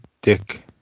Dick